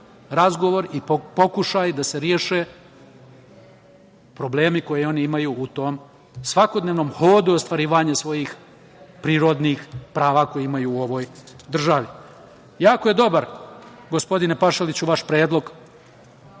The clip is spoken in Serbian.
i pokušaji da se reše problemi koje oni imaju u tom svakodnevnom hodu ostvarivanjem svojih prirodnih prava koja imaju u ovoj državi. Jako je dobar, gospodine Pašaliću, vaš predlog